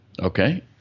Okay